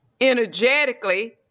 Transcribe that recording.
energetically